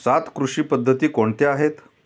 सात कृषी पद्धती कोणत्या आहेत?